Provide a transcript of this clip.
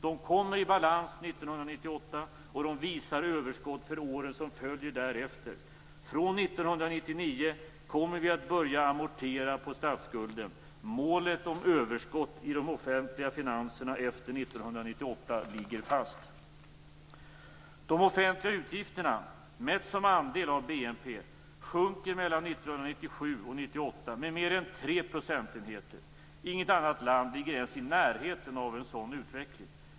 De kommer i balans 1998, och de visar överskott för åren som följer därefter. Från 1999 kommer vi att börja amortera på statsskulden. Målet om överskott i de offentliga finanserna efter 1998 ligger fast. De offentliga utgifterna, mätt som andel av BNP, sjunker mellan 1997 och 1998 med mer än 3 procentenheter. Inget annat land ligger ens i närheten av en sådan utveckling.